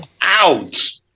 Ouch